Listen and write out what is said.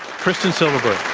kristen silverberg.